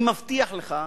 אני מבטיח לך,